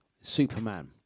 Superman